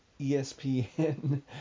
ESPN